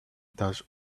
does